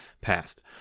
passed